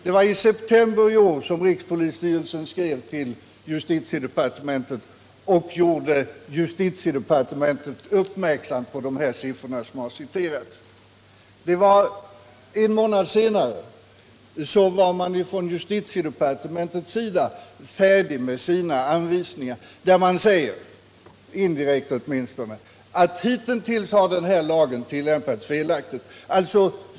Det var i september i år som rikspolisstyrelsen skrev till justitiedepartementet och fäste uppmärksamhet på de siffror som återgivits. En månad senare var man från justitiedepartementets sida färdig med sina anvisningar där man säger — indirekt åtminstone — att hitintills har lagen tillämpats felaktigt.